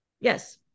yes